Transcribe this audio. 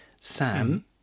Sam